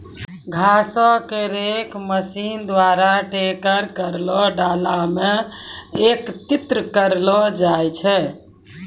घासो क rake machine द्वारा ट्रैकर केरो डाला म एकत्रित करलो जाय छै